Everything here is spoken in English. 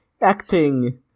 acting